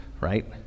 right